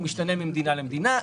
הוא משתנה ממדינה למדינה,